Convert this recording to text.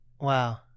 Wow